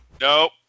Nope